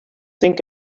think